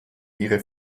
ihre